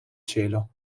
cielo